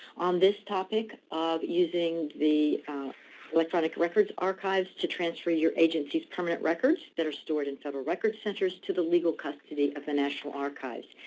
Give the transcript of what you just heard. on this topic of using the electronic records archives to transfer your agency's permanent records, that are stored in federal records centers to the legal custody of the national archives.